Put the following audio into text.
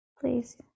Please